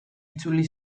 itzuli